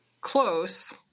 close